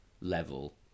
level